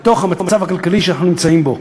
במצב הכלכלי שאנחנו נמצאים בו.